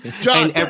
John